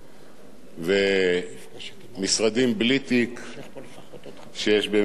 ומשרדים בלי תיק שיש בממשלת נתניהו.